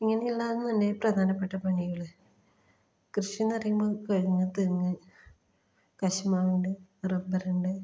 ഇങ്ങനെയുള്ളത് തന്നെ പ്രധാനപ്പെട്ട പണികൾ കൃഷിയെന്ന് പറയുമ്പോൾ കവുങ്ങ് തെങ്ങ് കശുമാവുണ്ട് റബ്ബറുണ്ട്